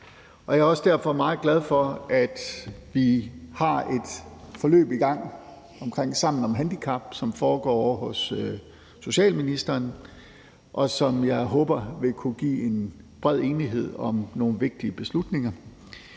jeg er derfor også meget glad for, at vi har et forløb i gang om Sammen om handicap, som foregår ovre hos socialministeren, og som jeg også håber vil kunne give en bred enighed om nogle vigtige beslutninger.